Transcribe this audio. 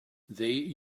they